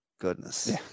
goodness